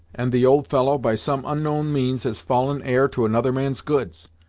and the old fellow, by some onknown means, has fallen heir to another man's goods!